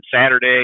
Saturday